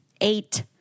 eight